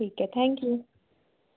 ठीक है thank you